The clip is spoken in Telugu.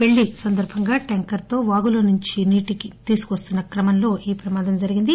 పెళ్లి సందర్బంగా ట్యాంకర్తో వాగులో నుండి నీటిని తెస్తున్న క్రమంలో ఈ ప్రమాదం జరిగింది